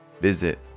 visit